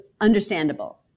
understandable